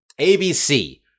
ABC